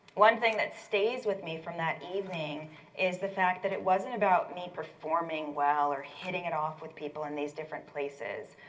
one thing that stays with me from that evening is the fact that it wasn't about me performing well or hitting it off with people in these different places,